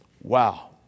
Wow